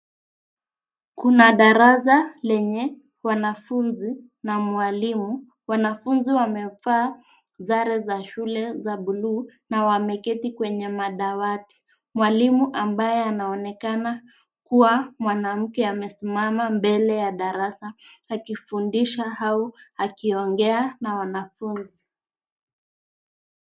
Kuna darasa lenye wanafunzi na walimu. Wanafunzi wamevaa sare za buluu na wameketi kwenye madawati. Mwalimu ambaye anaonekana kuwa mwanamke amesimama mbele ya darasa akifundisha au akiongea na wanafunzi.